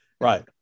Right